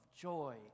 joy